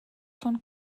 von